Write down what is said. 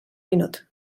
minut